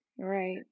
Right